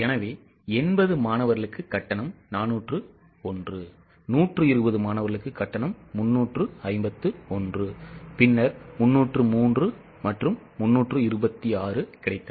எனவே 80 மாணவர்களுக்கு கட்டணம் 401 120 மாணவர்களுக்கு கட்டணம் 351 பின்னர் 303 மற்றும் 326 கிடைத்தது